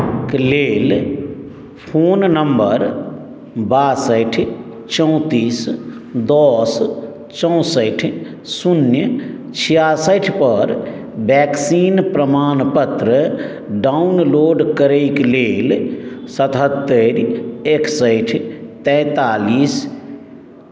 के लेल phone number बासठि चौंतीस दश चौसठि शून्य छियासठिपर वैक्सीन प्रमाणपत्र डाउनलोड करैक लेल सतहत्तरि एकसठि तैंतालिस